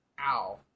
Ow